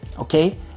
okay